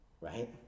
right